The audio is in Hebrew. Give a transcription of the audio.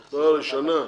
לא, לשנה.